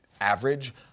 average